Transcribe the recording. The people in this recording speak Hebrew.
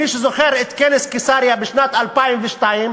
מי שזוכר את כנס קיסריה בשנת 2002,